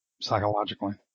psychologically